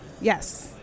Yes